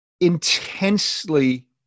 intensely